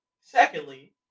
Secondly